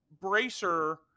bracer